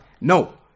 No